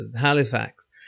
Halifax